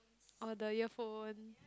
oh the earphone